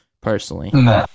personally